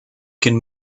can